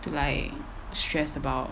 to like stress about